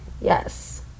Yes